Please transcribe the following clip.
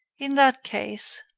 in that case.